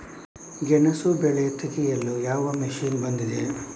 ಗೆಣಸು ಬೆಳೆ ತೆಗೆಯಲು ಯಾವ ಮಷೀನ್ ಬಂದಿದೆ?